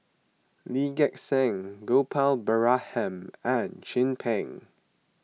Lee Gek Seng Gopal Baratham and Chin Peng